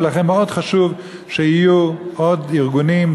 ולכן מאוד חשוב שיהיו עוד ארגונים,